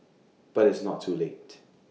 but it's not too late